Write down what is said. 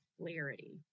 clarity